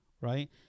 right